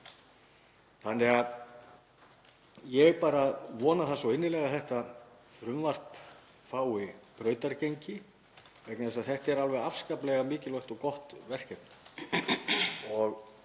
og ég vona það svo innilega að þetta mál fái brautargengi vegna þess að þetta er alveg afskaplega mikilvægt og gott verkefni.